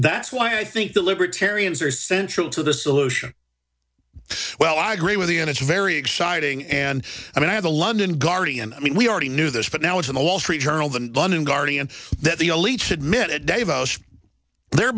that's why i think the libertarians are central to the solution well i agree with the end it's very exciting and i mean i the london guardian i mean we already knew this but now it's in the wall street journal than london guardian th